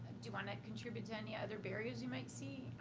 do you want to contribute to any other barriers you might see,